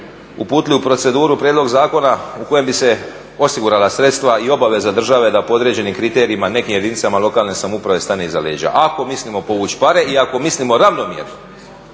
uputili u proceduru prijedlog zakona u kojem bi se osigurala sredstva i obaveza države da po određenim kriterijima nekim jedinice lokalne samouprave stane iza leđa, ako mislimo povući pare i ako mislimo ravnomjerno